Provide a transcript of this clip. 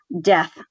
death